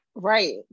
Right